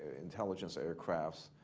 intelligence aircrafts.